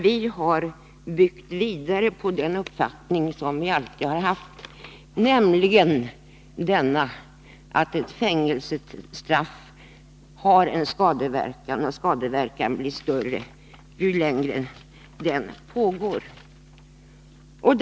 Vi har byggt vidare på den uppfattning som vi alltid har haft, nämligen att fängelsestraff har en skadlig inverkan och att denna blir större ju längre strafftiden är.